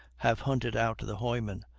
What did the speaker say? have hunted out the hoy-man,